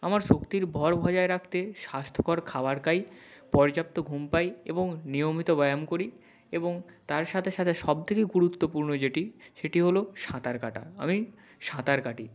আমার শক্তির ভর বজায় রাখতে স্বাস্থ্যকর খাবার খাই পর্যাপ্ত ঘুম পাই এবং নিয়মিত ব্যায়াম করি এবং তার সাথে সাথে সব থেকে গুরুত্বপূর্ণ যেটি সেটি হলো সাঁতার কাটা আমি সাঁতার কাটি